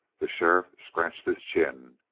the sheriff scratched his chin.